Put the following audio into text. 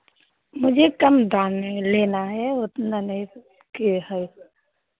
मुझे कम दाम में लेना है उतना नहीं किये है